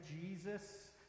Jesus